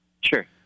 Sure